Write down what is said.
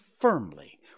firmly